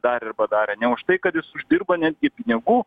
dar ir badarė ne už tai kad jis uždirba netgi pinigų